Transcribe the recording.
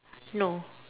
no